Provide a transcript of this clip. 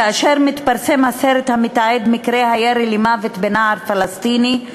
כאשר מתפרסם הסרט המתעד את מקרה הירי למוות בנער פלסטיני,